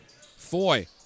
Foy